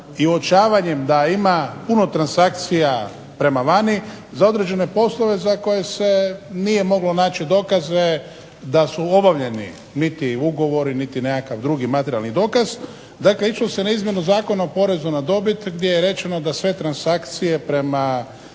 i uočavanjem da ima puno transakcija prema vani za određene poslove za koje se nije moglo naći dokaze da su obavljeni niti ugovori niti drugi materijalni dokaz. Dakle, išlo se na izmjenu Zakona o porezu na dobit gdje je rečeno da sve transakcije prema